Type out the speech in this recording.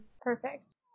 Perfect